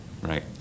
right